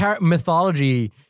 mythology